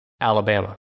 Alabama